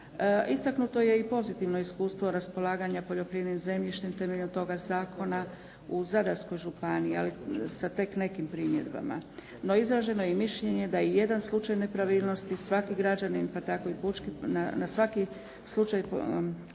Istaknuto je i pozitivno iskustvo raspolaganja poljoprivrednim zemljištem temeljem toga zakona u Zadarskoj županiji, ali sa tek nekim primjedbama. No izraženo je i mišljenje da na svaki slučaj nepravilnosti svaki građanin, pa tako i pučki pravobranitelj, mora